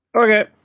Okay